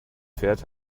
fährt